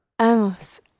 Amos